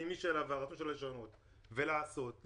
הפנימי שלה והרצון שלה לשנות ולעשות, יעשה.